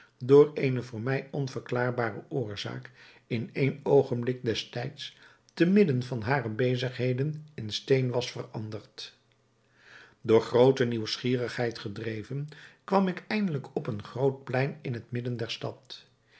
door eene voor mij onverklaarbare oorzaak in één oogenblik des tijds te midden van hare bezigheden in steen was veranderd door nieuwsgierigheid gedreven kwam ik eindelijk op een groot plein in het midden der stad